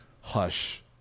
Hush